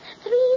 Three